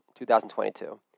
2022